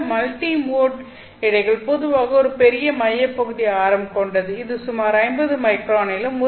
இந்த மல்டிமோட் இழைகள் பொதுவாக ஒரு பெரிய மையப்பகுதி ஆரம் கொண்டது இது சுமார் 50 மைக்ரானிலும்